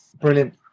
brilliant